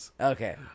Okay